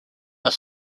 are